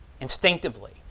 instinctively